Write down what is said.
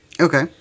Okay